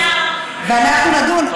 הודענו שהיא מוצמדת, יואב.